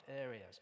areas